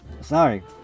Sorry